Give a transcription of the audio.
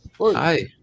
Hi